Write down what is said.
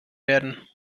werden